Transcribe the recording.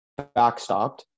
backstopped